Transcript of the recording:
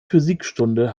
physikstunde